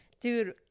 dude